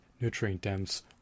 nutrient-dense